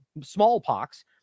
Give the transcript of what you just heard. smallpox